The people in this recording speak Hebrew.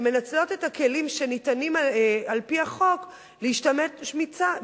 והן מנצלות את הכלים שניתנים על-פי החוק להשתמט מצה"ל,